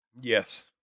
Yes